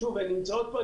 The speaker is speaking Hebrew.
שוב, הן נמצאות פה.